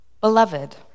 beloved